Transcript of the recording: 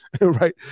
right